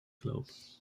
globe